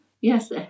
yes